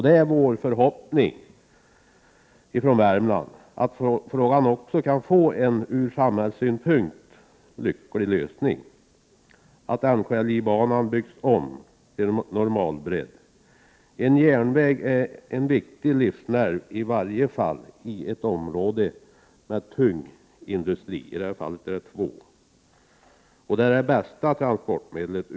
Den förhoppning som vi från Värmland har är att frågan kan få en ur samhällssynpunkt lycklig lösning, att NKIJ-banan byggs om till normalbredd. En järnväg är en viktig livsnerv, i varje fall i ett område med tung industri, i detta fall två järnverk. Järnvägen är ur miljösynpunkt det bästa transportmedlet.